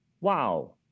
Wow